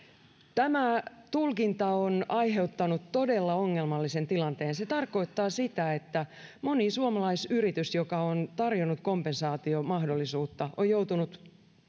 tämä tulkinta on aiheuttanut todella ongelmallisen tilanteen se tarkoittaa sitä että moni suomalaisyritys joka on tarjonnut kompensaatiomahdollisuutta on joutunut